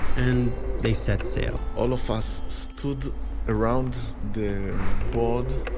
and they set sail all of us stood around the board.